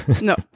no